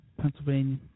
Pennsylvania